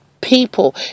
people